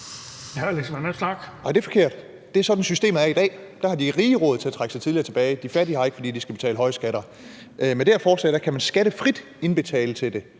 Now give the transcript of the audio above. Det er sådan, systemet er i dag. Der har de rige råd til at trække sig tidligere tilbage, og de fattige har ikke, fordi de skal betale høje skatter. Med det her forslag kan man skattefrit indbetale til det,